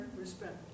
Respect